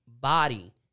body